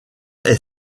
est